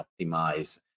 optimize